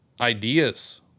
ideas